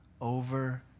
over